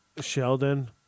Sheldon